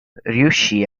riuscì